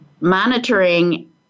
monitoring